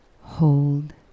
Hold